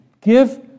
give